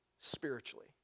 spiritually